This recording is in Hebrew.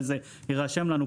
ויירשם לנו,